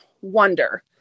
wonder